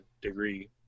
degree